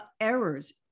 errors